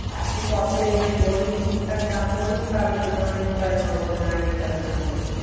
আপনি কত দেবেন বলুন ঠিকঠাক দাম বলুন তাহলে যদি আমার ইচ্ছা হয় নেব না ইচ্ছা হয় না নেব